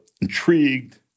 intrigued